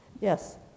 Yes